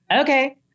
okay